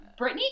britney